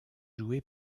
joué